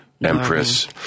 Empress